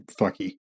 fucky